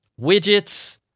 widgets